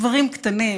דברים קטנים: